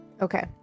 Okay